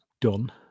done